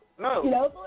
No